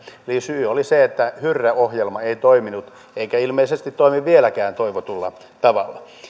syy oli se että hyrrä ohjelma ei toiminut eikä ilmeisesti toimi vieläkään toivotulla tavalla